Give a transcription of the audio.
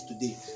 today